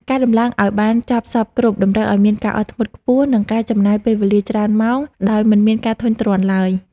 ការដំឡើងឱ្យបានចប់សព្វគ្រប់តម្រូវឱ្យមានការអត់ធ្មត់ខ្ពស់ និងការចំណាយពេលវេលាច្រើនម៉ោងដោយមិនមានការធុញទ្រាន់ឡើយ។